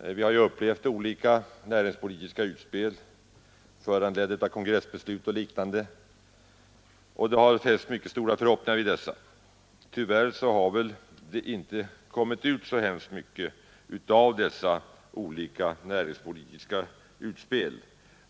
Vi har ju upplevt olika näringspolitiska utspel, föranledda av kongressbeslut och liknande, och det har fästs mycket stora förhoppningar vid dessa. Tyvärr har det inte kommit ut så värst mycket av dessa olika näringspolitiska utspel.